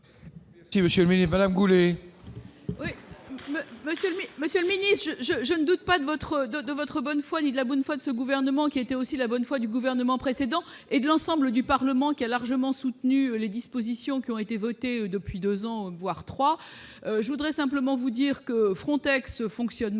Qui monsieur Madame Goulet. Monsieur le ministre, gêne 2 pas de votre de votre bonne foi, ni de la bonne foi de ce gouvernement qui a été aussi la bonne foi du gouvernement précédent, et de l'ensemble du Parlement qui a largement soutenu les dispositions qui ont été votées depuis 2 ans, voire 3, je voudrais simplement vous dire que Frontex fonctionne mal que